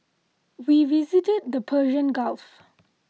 we visited the Persian Gulf